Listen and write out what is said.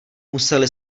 museli